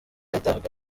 yatahaga